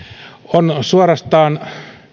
on suorastaan